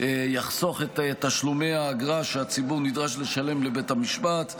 יחסוך את תשלומי האגרה שהציבור נדרש לשלם לבית המשפט,